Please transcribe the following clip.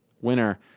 Winner